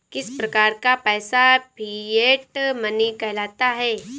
किस प्रकार का पैसा फिएट मनी कहलाता है?